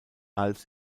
als